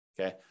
Okay